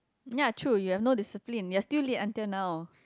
ya true you have no discipline you are still late until now